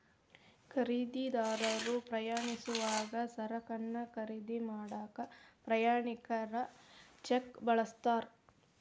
ಖರೇದಿದಾರರು ಪ್ರಯಾಣಿಸೋವಾಗ ಸರಕನ್ನ ಖರೇದಿ ಮಾಡಾಕ ಪ್ರಯಾಣಿಕರ ಚೆಕ್ನ ಬಳಸ್ತಾರ